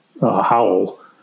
howl